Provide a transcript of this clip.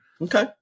okay